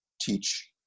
teach